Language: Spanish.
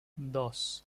dos